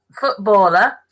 footballer